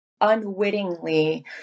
unwittingly